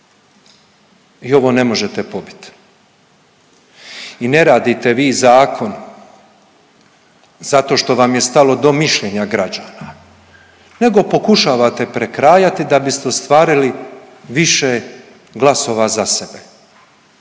i ovo ne možete pobit. I ne radite vi zakon zato što vam je stalo do mišljenja građana nego pokušavate prekrajati da biste ostvarili više glasova za sebe.